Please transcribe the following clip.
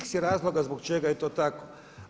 X je razloga zbog čega je to tako.